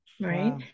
Right